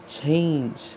Change